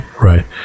right